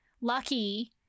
lucky